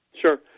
sure